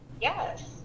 Yes